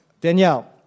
Danielle